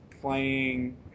playing